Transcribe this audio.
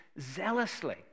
zealously